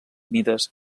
mides